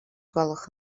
gwelwch